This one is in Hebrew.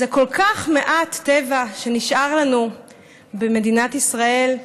אז כל כך מעט טבע שנשאר לנו במדינת ישראל,